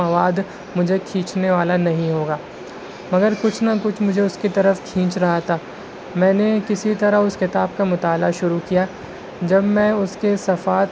یس sir جی ہاں میں نے فیک فیڈبیک دینے کے لیے فون کیا ہے آپ کو میں نے آٹھ جنوری کو ایک ایئر فون بک کیا تھا فلپ کارٹ پہ سر جی ہاں سر